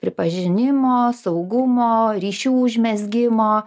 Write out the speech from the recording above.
pripažinimo saugumo ryšių užmezgimo